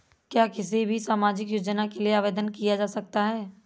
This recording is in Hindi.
क्या किसी भी सामाजिक योजना के लिए आवेदन किया जा सकता है?